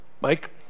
Mike